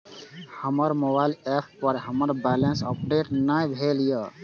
हमर mobile app पर हमर बैलेंस अपडेट ने भेल या